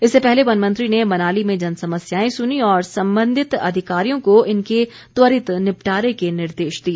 इससे पहले वनमंत्री ने मनाली में जनसमस्याएं सुनीं और संबंधित अधिकारियों को इनके त्वरित निपटारे के निर्देश दिए